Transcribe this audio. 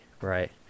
right